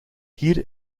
hier